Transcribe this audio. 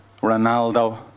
Ronaldo